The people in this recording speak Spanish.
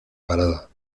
parada